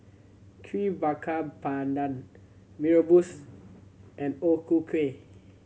Kuih Bakar Pandan Mee Rebus and O Ku Kueh